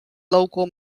local